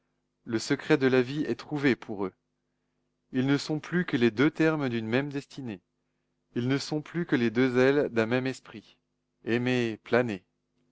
le secret de la vie est trouvé pour eux ils ne sont plus que les deux termes d'une même destinée ils ne sont plus que les deux ailes d'un même esprit aimez planez